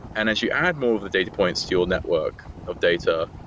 and as you add more of the data points to your network of data,